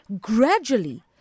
gradually